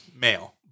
male